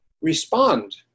respond